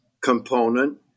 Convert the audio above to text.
component